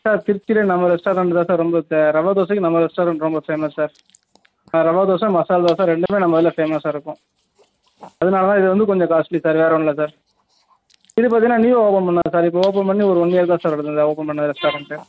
sir திருச்சிலே நம்ம restaurant தான் சார் ரொம்ப ஃபே ரவா தோசைக்கு நம்ம ரெஸ்டாரண்ட் ரொம்ப ஃபேமஸ் சார் ஆ ரவா தோசை மசால் தோசை ரெண்டுமே நம்ம இதில் ஃபேமஸாக இருக்கும் அதனால தான் இது வந்து கொஞ்சம் காஸ்ட்லி சார் வேற ஒன்றும் இல்லை சார் இது பார்த்தீங்கன்னா நியூவா ஓப்பன் பண்ணோம் சார் இப்போ ஓப்பன் பண்ணி ஒரு ஒன் இயர் தான் சார் ஆகுது இந்த ஓப்பன் பண்ண ரெஸ்டாரண்ட்டு